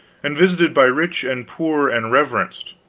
and visited by rich and poor, and reverenced.